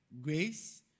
grace